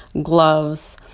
gloves,